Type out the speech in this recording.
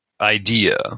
idea